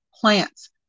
plants